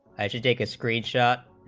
i should take a screen shot